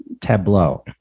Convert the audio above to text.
tableau